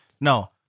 No